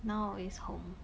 now is home